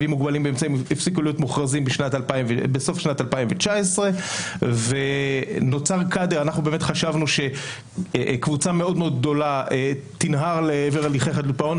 חייבים מוגבלים באמצעים הפסיקו להיות מוכרזים בסוף שנת 2019. אנחנו חשבנו שקבוצה גדולה מאוד תנהר לעבר הליכי חדלות פירעון,